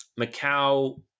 macau